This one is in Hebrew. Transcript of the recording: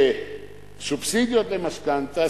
סובסידיות למשכנתה,